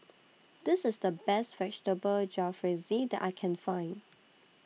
This IS The Best Vegetable Jalfrezi that I Can Find